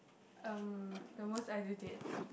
um the most ideal date